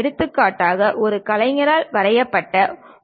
எடுத்துக்காட்டாக ஒரு கலைஞரால் வரையப்பட்ட